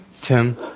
Tim